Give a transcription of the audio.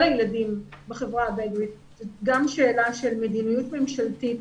הילדים בחברה הבדואית זאת גם שאלה של מדיניות ממשלתית,